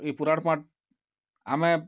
ଏଇ ପୁରାଣ ପାଠ୍ ଆମେ